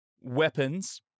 weapons